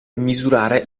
misurare